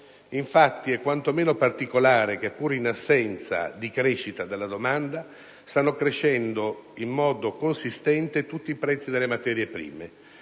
Infatti è quantomeno particolare che, pur in assenza di crescita della domanda, stiano aumentando in modo consistente tutti i prezzi delle materie prime,